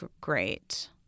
great